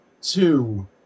two